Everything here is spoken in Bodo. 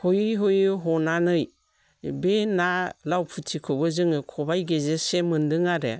हयै हयै हनानै बे ना लाव फुथिखौबो जोङो खबाइ गेजेरसे मोन्दों आरो